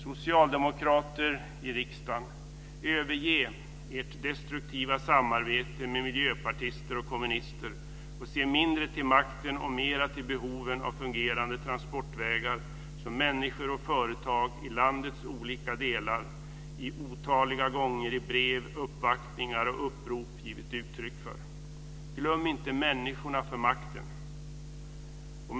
Socialdemokrater i riksdagen, överge ert destruktiva samarbete med miljöpartister och kommunister och se mindre till makten och mera till behoven av fungerande transportvägar, som människor och företag i landets olika delar otaliga gånger i brev, uppvaktningar och upprop givit uttryck för. Glöm inte människorna för makten. Fru talman!